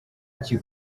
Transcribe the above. iki